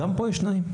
גם כאן יש תנאים.